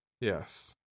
Yes